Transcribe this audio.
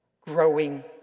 growing